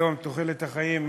היום תוחלת החיים היא,